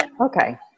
Okay